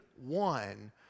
one